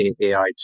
AI